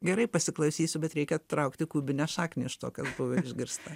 gerai pasiklausysiu bet reikia traukti kubinę šaknį iš to kas buvo išgirsta